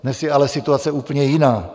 Dnes je ale situace úplně jiná.